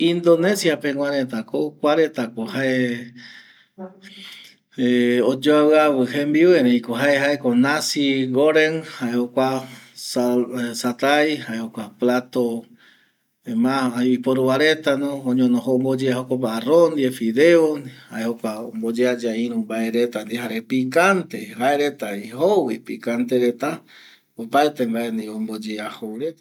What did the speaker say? Indonesia pegua reta ko kua reta ko jae ˂Hesitation˃ oyuaviavi tembiu erei ko jae nacigorem jae jokua plato ma oiporuva reta omboyea jokope arroz ndie jare fideo, jae jokua omboyea iru mbae reta ndie jare picante opaete mbae ndie ombayao jou reta.